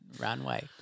Runway